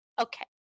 okay